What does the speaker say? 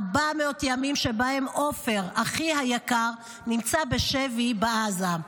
400 ימים שבהם עופר, אחי היקר, נמצא בשבי בעזה.